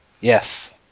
Yes